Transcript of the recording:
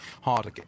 harder